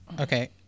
Okay